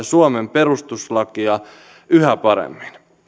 suomen perustuslakia yhä paremmin